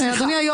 אדוני היו"ר.